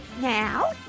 now